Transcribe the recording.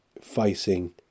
facing